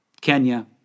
Kenya